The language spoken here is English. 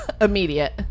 Immediate